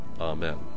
Amen